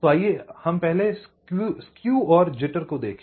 तो आइए हम पहले स्केव और जिटर को देखें